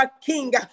king